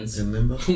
remember